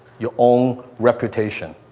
your own reputation.